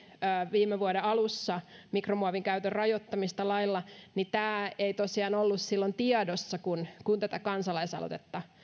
viime vuoden alussa mikromuovin käytön rajoittamista lailla niin tämä ei tosiaan ollut silloin tiedossa kun kun tätä kansalaisaloitetta